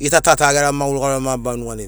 gita tata gera maguri garori mabarari nugariai